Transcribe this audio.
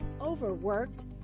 Overworked